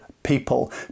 people